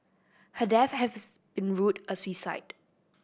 her death been ruled a suicide